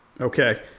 Okay